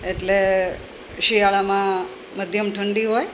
એટલે શિયાળામાં મધ્યમ ઠંડી હોય